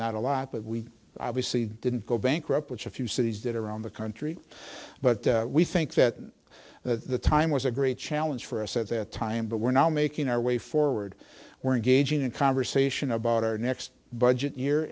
that a lot but we obviously didn't go bankrupt which a few cities did around the country but we think that the time was a great challenge for us at that time but we're now making our way forward we're engaging in conversation about our next budget